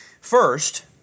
First